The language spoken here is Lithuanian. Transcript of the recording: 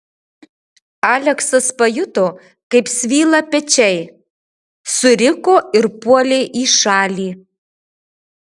aleksas pajuto kaip svyla pečiai suriko ir puolė į šalį